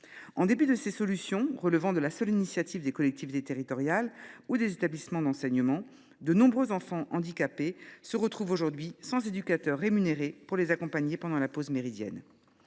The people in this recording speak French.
En dépit de ces solutions relevant de la seule initiative des collectivités territoriales ou des établissements d’enseignement, de nombreux enfants handicapés se retrouvent aujourd’hui sans éducateur rémunéré pour les accompagner pendant la pause méridienne.